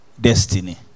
destiny